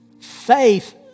Faith